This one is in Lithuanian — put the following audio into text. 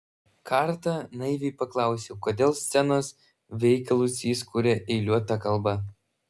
kartą naiviai paklausiau kodėl scenos veikalus jis kuria eiliuota kalba